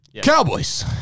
Cowboys